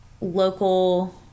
local